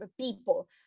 people